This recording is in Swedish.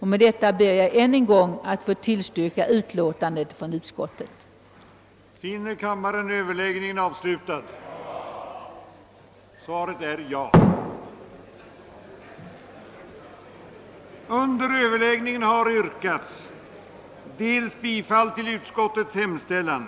Med dessa ord ber jag att än en gång få yrka bifall till utskottets hemställan.